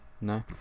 No